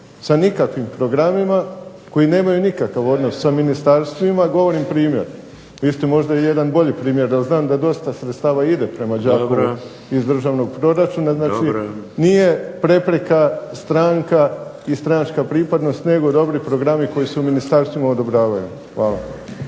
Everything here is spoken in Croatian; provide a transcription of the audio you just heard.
sa nikakvim programima, koji nemaju nikakav odnos sa ministarstvima … /Upadica se ne razumije./… Govorim primjer, vi ste možda i jedan bolji primjer, ali znam da dosta sredstava ide prema Đakovu iz državnog proračuna. Znači, nije prepreka stranka i stranačka pripadnost nego dobri programi koji se u ministarstvima odobravaju. Hvala.